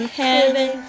heaven